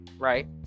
Right